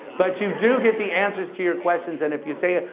but you do get the answers to your questions. and if you say,